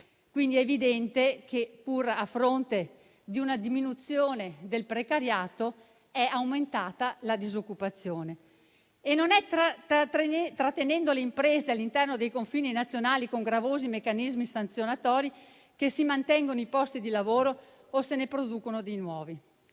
quindi evidente che pur a fronte di una diminuzione del precariato, è aumentata la disoccupazione. Non è trattenendo le imprese all'interno dei confini nazionali con gravosi meccanismi sanzionatori che si mantengono i posti di lavoro o se ne producono di nuovi.